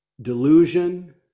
delusion